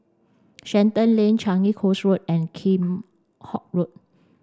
Shenton Lane Changi Coast Road and Kheam Hock Road